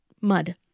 mud